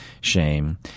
shame